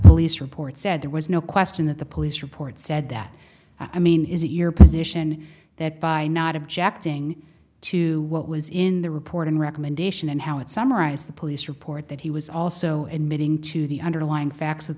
police report said there was no question that the police report said that i mean is it your position that by not objecting to what was in the report and recommendation and how it summarized the police report that he was also admitting to the underlying facts of